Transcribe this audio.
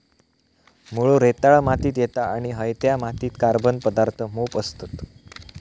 मुळो रेताळ मातीत येता आणि हयत्या मातीत कार्बन पदार्थ मोप असतत